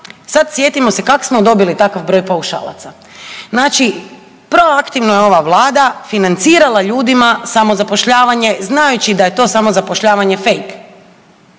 Sad sjetimo se kak smo dobili takav broj paušalaca. Znači proaktivno je ova vlada financirala ljudima samozapošljavanje znajući da je to samozapošljavanje fejk